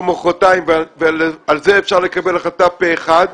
מוחרתיים ועל זה אפשר לקבל החלטה פה אחד,